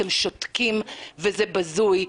אתם שותקים וזה בזוי.